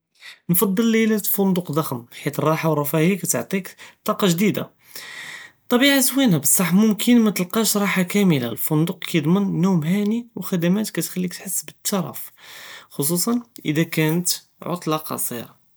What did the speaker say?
נקדל לילה בפונדק ד'חם, חית אלרהה ואלרפאהיה תעטיכ טאקה ג'דידה, טבעה זוינה ולקין מומכן מתלקאש רהה כאמלה, אלפונדק קידמנ נום חאני ו ח'דמאט קתחליק תחס בטרף חוסוסן אידא كانت עוטלה קצרה.